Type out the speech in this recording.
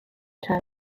term